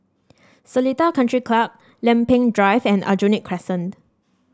Seletar Country Club Lempeng Drive and Aljunied Crescent